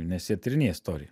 nes jie tyrinėja istoriją